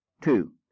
Two